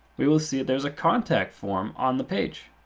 we will see there's a contact form on the page.